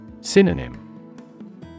Synonym